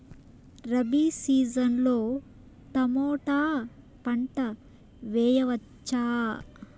Rabi season లో tomato పంట వేయవచ్చా?